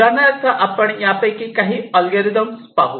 उदाहरणार्थ आपण यापैकी काही ऍलगोरिदम पाहू